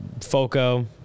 FOCO